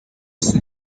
since